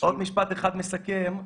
עוד משפט אחד מסכם.